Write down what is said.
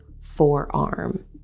forearm